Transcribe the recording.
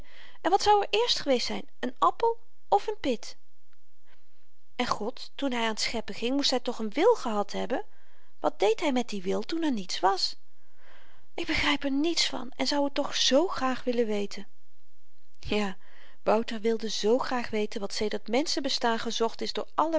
en wat zou er eerst geweest zyn een appel of n pit en god toen hy aan t scheppen ging moest hy toch een wil gehad hebben wat deed hy met dien wil toen er niets was ik begryp er niets van en zou t toch zoo graag willen weten ja wouter wilde zoo graag weten wat sedert menschen bestaan gezocht is door alle